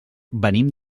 venim